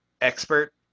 expert